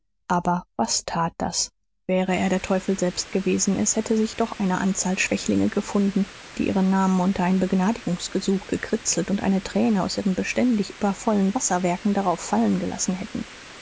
aber was tat das wäre er der teufel selbst gewesen es hätte sich doch eine anzahl schwächlinge gefunden die ihre namen unter ein begnadigungsgesuch gekritzelt und eine träne aus ihren beständig übervollen wasserwerken darauf fallen gelassen hätten